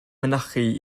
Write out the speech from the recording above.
mynychu